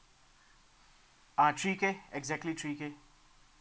uh three K exactly three K